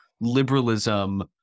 liberalism